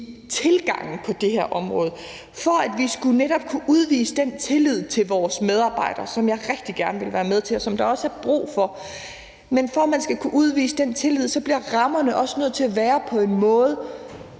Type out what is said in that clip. tilgangen på det her område – i forhold til at vi netop skulle kunne udvise den tillid til vores medarbejdere, som jeg rigtig gerne vil være med til, og som der også er brug for. Men for at man skal kunne udvise den tillid, bliver rammerne også nødt til at være på en måde,